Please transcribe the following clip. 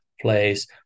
place